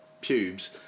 pubes